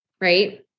Right